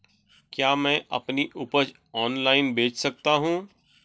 क्या मैं अपनी उपज ऑनलाइन बेच सकता हूँ?